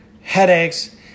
headaches